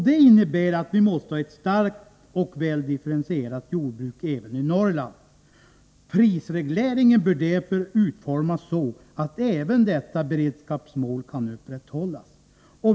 Detta innebär att vi måste ha ett starkt och väldifferentierat jordbruk även i Norrland. Prisregleringen bör därför utformas så att även detta beredskapsmål kan upprätthållas.